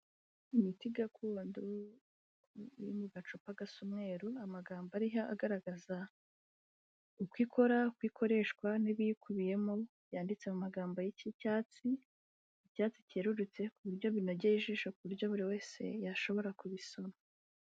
Imiti gakondo iri mu gacupa gasa umweru, amagambo ariho agaragaza uko ikora, uko ikoreshwa n'ibiyikubiyemo, yanditse mu magambo y'icyatsi, icyatsi cyerurutse ku buryo binogeye ijisho, ku buryo buri wese yashobora kubisoma.